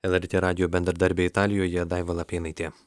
lrt radijo bendradarbė italijoje daiva lapėnaitė